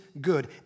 good